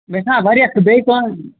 مےٚ چھِنا واریاہ سُہ بیٚیہِ کامہِ